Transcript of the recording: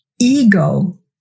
ego